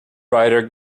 rider